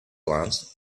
glance